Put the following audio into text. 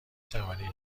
توانید